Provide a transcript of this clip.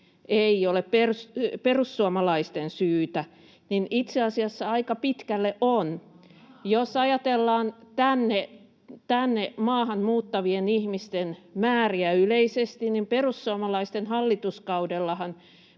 ei ole perussuomalaisten syytä: itse asiassa se aika pitkälle on. [Leena Meri: Ahaa!] Jos ajatellaan tänne maahan muuttavien ihmisten määriä yleisesti, niin perussuomalaisten hallituskaudellahan